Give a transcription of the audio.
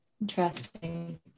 Interesting